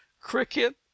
cricket